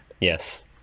yes